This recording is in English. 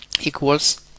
equals